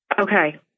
Okay